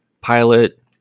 pilot